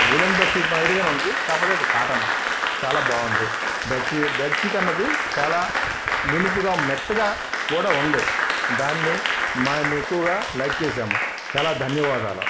woollen bed sheet మాదిరిగానే ఉంది కాకపోతే అది కాటన్ చాలా బాగుంది బెడ్ షీట్ అన్నది చాలా నునుపుగా మెత్తగా కూడా ఉంది దాన్ని మనం ఎక్కువగా లైక్ చేశాము చాలా ధన్యవాదాలు